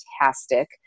fantastic